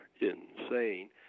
insane